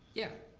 yeah.